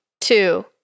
two